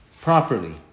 properly